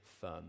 firm